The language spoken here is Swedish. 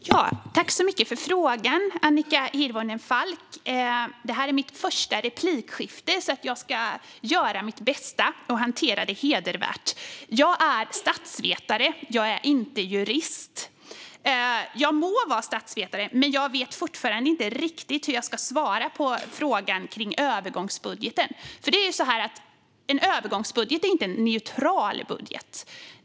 Fru talman! Tack så mycket för frågan, Annika Hirvonen Falk! Det här är mitt första replikskifte, så jag ska göra mitt bästa för att hantera det hedervärt. Jag är statsvetare. Jag är inte jurist. Jag må vara statsvetare, men jag vet fortfarande inte riktigt hur jag ska svara på frågan om övergångsbudgeten. En övergångsbudget är inte en neutral budget.